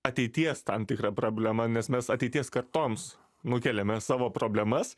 ateities tam tikra problema nes mes ateities kartoms nukeliame savo problemas